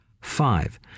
five